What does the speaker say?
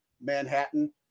Manhattan